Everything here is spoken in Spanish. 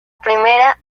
primera